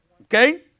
Okay